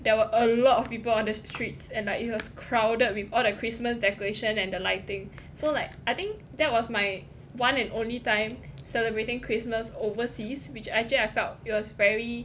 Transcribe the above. there were a lot of people on the streets and like it was crowded with all their christmas decoration and the lighting so like I think that was my one and only time celebrating christmas overseas which actually I felt it was very